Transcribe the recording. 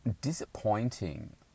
disappointing